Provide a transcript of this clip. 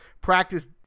practice